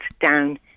down